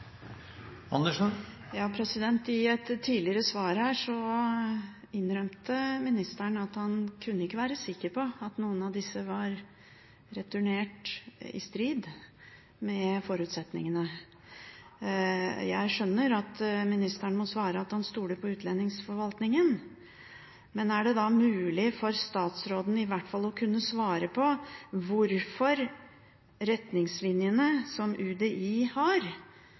I et tidligere svar her innrømte ministeren at han ikke kunne være sikker på at noen av disse var returnert i strid med forutsetningene. Jeg skjønner at ministeren må svare at han stoler på utlendingsforvaltningen, men er det mulig for statsråden i hvert fall å kunne svare på hvorfor retningslinjene som UDI har